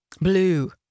Blue